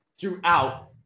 throughout